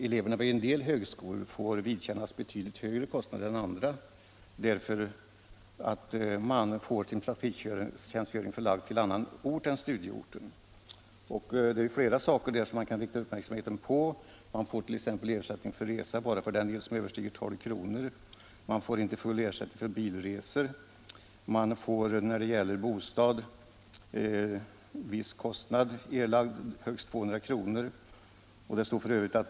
Elever vid en del högskolor får vidkännas betydligt högre kostnader än andra därför att de får sin praktiktjänstgöring förlagd till annan ort än studieorten. Här är det flera saker man kan rikta uppmärksamheten på. Praktikanten får t.ex. ersättning för resekostnader bara för den del som överstiger 12 kr. och han får inte full ersättning för bilresor. När det gäller bostad får man viss kostnad erlagd — högst 200 kr.